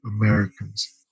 Americans